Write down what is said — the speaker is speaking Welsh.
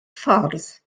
ffordd